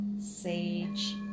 sage